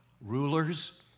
Rulers